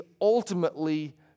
ultimately